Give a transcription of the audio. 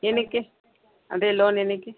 ಏತಕ್ಕೆ ಅದೇ ಲೋನ್ ಏತಕ್ಕೆ